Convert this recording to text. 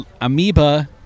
amoeba